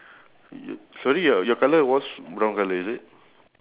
ya two tree and one bush